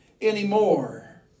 anymore